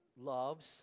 loves